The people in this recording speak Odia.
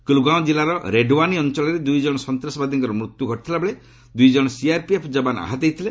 କୁଲ୍ଗାଓଁ ଜିଲ୍ଲାର ରେଡ୍ୱାନି ଅଞ୍ଚଳରେ ଦୁଇଜଣ ସନ୍ତାସବାଦୀଙ୍କର ମୃତ୍ୟୁ ଘଟିଥିବାବେଳେ ଦୁଇଜଣ ସିଆର୍ପିଏଫ୍ ଯବାନ୍ ଆହତ ହୋଇଥିଲେ